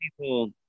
people